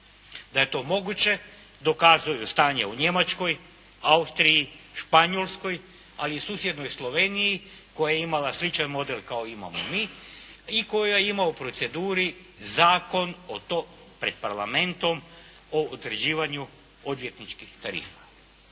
Da je to moguće dokazuju stanja u Njemačkoj, Austriji, Španjolskoj, ali i susjednoj Sloveniji koja je imala sličan model kao što imamo mi i koja ima u proceduri zakon pred parlamentom o utvrđivanju odvjetničkih tarifa.